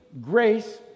grace